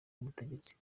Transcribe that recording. w’ubutegetsi